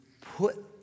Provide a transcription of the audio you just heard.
put